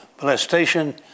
molestation